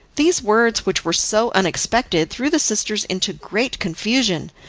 these words, which were so unexpected, threw the sisters into great confusion,